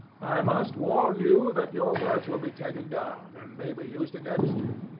i must warn you that your words will be taken down, and may be used against you.